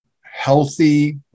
healthy